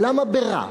למה ברע?